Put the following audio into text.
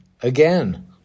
again